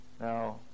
Now